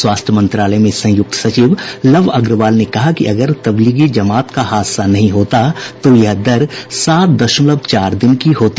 स्वास्थ्य मंत्रालय में संयुक्त सचिव लव अग्रवाल ने कहा कि अगर तब्लीगी जमात का हादसा नहीं होता तो यह दर सात दशमलव चार दिन की होती